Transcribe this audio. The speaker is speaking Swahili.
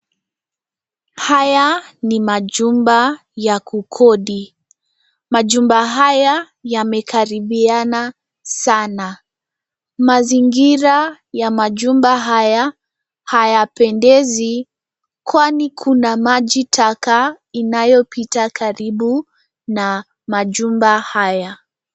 Haya ni majumba ya kukodi. Majumba haya yamekaribiana sana . Mazingira ya majumba haya hayapendezi kwani kuna maji taka inayopita karibu na majumba haya.